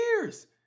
years